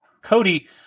Cody